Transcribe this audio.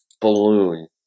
balloon